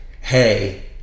hey